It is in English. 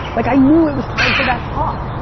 like i knew it was time for that talk.